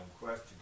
question